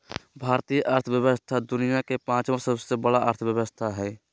भारतीय अर्थव्यवस्था दुनिया के पाँचवा सबसे बड़ा अर्थव्यवस्था हय